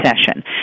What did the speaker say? session